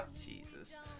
Jesus